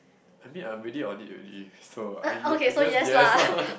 I mean I am already audit already so I I guess yes lah